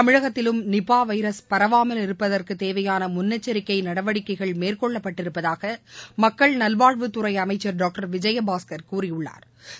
தமிழகத்திலும் நிபாவைரஸ் பரவாமல் இருப்பதற்குதேவையானமுன்னெச்சரிக்கைநடவடிக்கைகள் மேற்கொள்ளப்பட்டிருப்பதாகமக்கள் நல்வாழ்வுத்துறைஅமைச்சா் டாக்டர் விஜயபாஸ்கா் கூறியுள்ளாா்